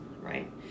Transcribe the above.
Right